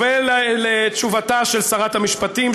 ולתשובתה של שרת המשפטים,